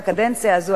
בקדנציה הזאת,